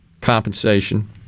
compensation